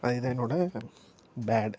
அதுதான் என்னோட பேட்